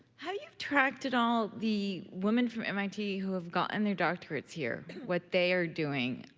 have you tracked at all the women from mit who have gotten their doctorates here, what they are doing?